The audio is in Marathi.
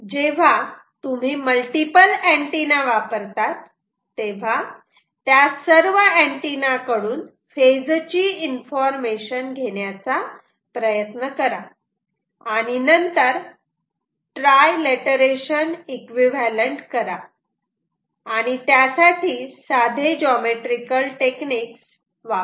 जेव्हा तुम्ही मल्टिपल अँटिना वापरतात तेव्हा त्या सर्व अँटिना कडून फेज ची इन्फॉर्मेशन घेण्याचा प्रयत्न करा आणि नंतर ट्रायलेटरेशन इक्विवलेंत करा आणि त्यासाठी साधे जॉमेट्री कल टेक्निक्स वापरा